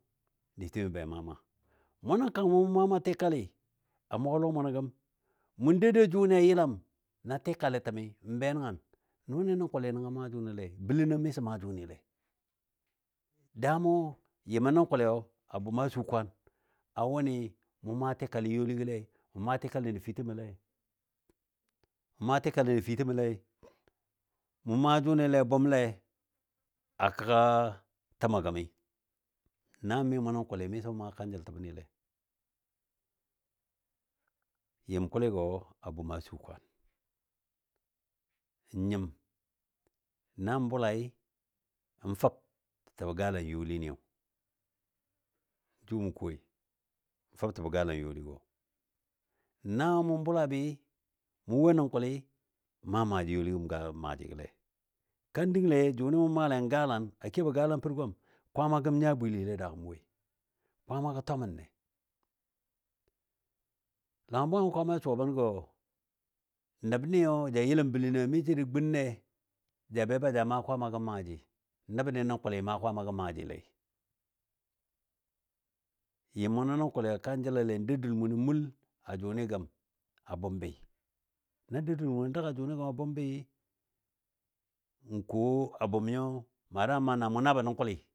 mʊ nən kang mʊ maa maa tikali a mʊgɔ lɔ munɔ gəm. Mʊ dou dou jʊni a yəlam na tɨkalɨ təmɨ n be nəngən nʊni nən kʊli nəngɔ maa jʊnile, bələno miso maa jʊnile. Daamɔ, yɨmə nən kʊliyo a bʊma su kwaan wʊnɨ mʊ maa tɨkalɨ youligɔlei, mʊ maa tɨkalɨ nəfitəmɔlei. mʊ maa tɨkalɨ nəfitəmɔlei, mʊ maa jʊnile bʊmle a kəgga təmɔ gəmɨ. Na mi mʊnɔ kʊli miso mʊ maa kanjəltəbnile. Yɨm kuligɔ a bʊma su kwaan, n nyim nan bʊlai n fəb təbə galan youliniyo, jʊ ma koi n fəb təbə galan youligɔ. Na mɔ bʊlabɨ mɔ wo nən kʊlɨ n maa maaji youligɔ maajigole. Kan dəngle jʊni mɔ maalei n galan, a kebɔ galan pər gwam Kwaamagɔ nya bwilile a daagɔ mɔ woi. Kwaamagɔ twamənne. Langən bwangən Kwaamai suwa bən gɔ, nəbniyo ja yəlam bələni mi jə gunne ja be ba ja maa Kwaama gəm maaji. Nəbni nən kʊli maa Kwaama gəm maajile. Yɨm mʊnɔ nən kʊliyo ka jəlale dou dul mʊnɔ mul, a jʊni gəm a bʊmbi, nan dou dul mʊnɔ dəg a jʊni gəma bʊmbi, n ko a bʊm nyo mada mana mʊ nabə nən kʊli.